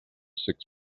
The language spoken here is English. six